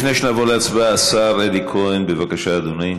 לפני שנעבור להצבעה, השר אלי כהן, בבקשה, אדוני.